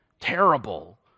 terrible